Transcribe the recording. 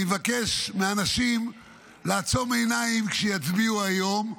אני מבקש מאנשים לעצום עיניים כשיצביעו היום,